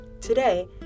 Today